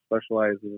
specializes